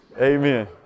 Amen